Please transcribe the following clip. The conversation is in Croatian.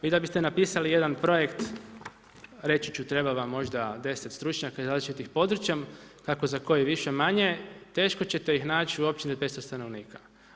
Vi da biste napisali jedan projekt reći ću treba vam možda 10 stručnjaka iz različitih područja, kako za koji, više-manje, teško ćete ih naći u općini od 500 stanovnika.